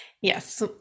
yes